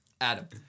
Adam